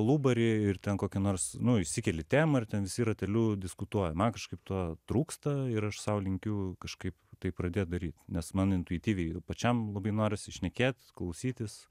alubaryje ir ten kokią nors nu išsikeli temą ir ten visi rateliu diskutuoja man kažkaip to trūksta ir aš sau linkiu kažkaip tai pradėt daryt nes man intuityviai ir pačiam labai norisi šnekėt klausytis